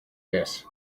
this